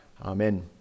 Amen